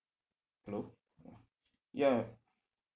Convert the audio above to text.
hello ya